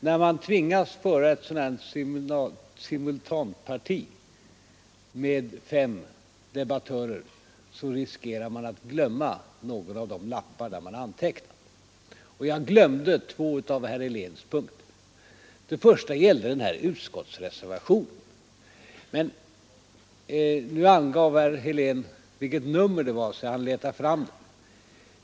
När man tvingas till ett sådant här simultanparti med fem debattörer riskerar man att glömma någon av de lappar som man gör anteckningar på, och jag glömde två av herr Heléns punkter. Den första gällde den här utskottsreservationen. Nu uppgav herr Helén vilket nummer reservationen har, och jag har letat fram den.